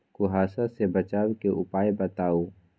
कुहासा से बचाव के उपाय बताऊ?